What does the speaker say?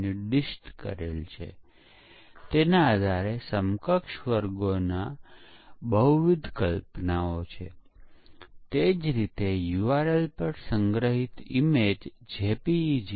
પરંતુ તે પછી તે શોધી કઢાયું કે લોંચ કરતા પહેલા તેનું પરીક્ષણ કરવામાં આવ્યું નહોતું અને આ અપવાદ માટે હેન્ડલર અક્ષમ હતું